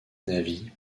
navy